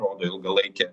rodo ilgalaikė